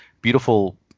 beautiful